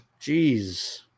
Jeez